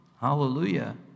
hallelujah